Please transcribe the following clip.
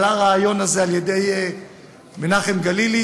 עלה הרעיון הזה על ידי מנחם גלילי,